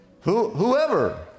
Whoever